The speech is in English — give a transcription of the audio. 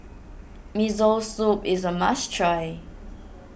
Miso Soup is a must try